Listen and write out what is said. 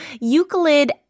Euclid